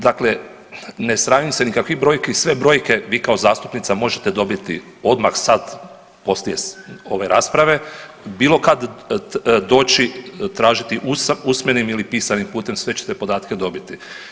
Dakle, ne sramim se nikakvih brojki, sve brojke vi kao zastupnica možete dobiti odmah sad poslije ove rasprave, bilo kad doći tražiti usmenim ili pisanim putem, sve ćete podatke dobiti.